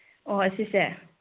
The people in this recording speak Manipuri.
ꯑꯣ ꯑꯁꯤꯁꯦ